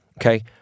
okay